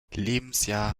lebensjahr